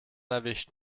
erwischt